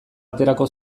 aterako